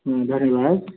उम् धर्म है